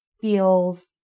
feels